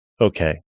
Okay